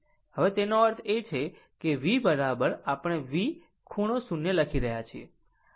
હવે તેનો અર્થ છે V આપણે V ખૂણો 0 લખી શકીએ છીએ